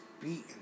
beaten